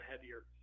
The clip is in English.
heavier